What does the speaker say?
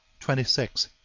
twenty six.